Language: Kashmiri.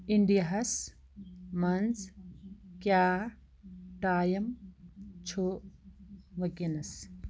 اِنڈیاہَس منٛز کیٛاہ ٹایم چھُ وٕنۍکٮ۪نَس